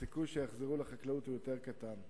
הסיכוי שהם יחזרו לחקלאות קטן יותר.